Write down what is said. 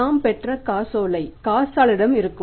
நாம் பெற்ற காசோலை காசாளரிடம் இருக்கும்